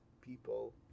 people